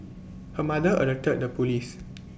her mother alerted the Police